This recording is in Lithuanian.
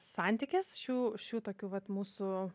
santykis šių šių tokių vat mūsų